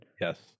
Yes